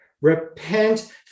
repent